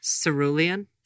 cerulean